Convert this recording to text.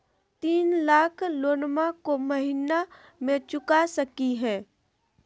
तीन लाख लोनमा को महीना मे चुका सकी हय?